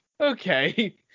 okay